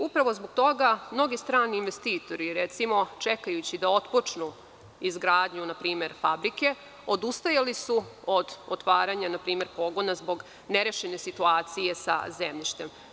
Upravo zbog toga, mnogi strani investitori recimo čekajući da otpočnu izgradnju na primer fabrike, odustajali su od otvaranja na primer pogona zbog nerešene situacije sa zemljištem.